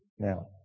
Now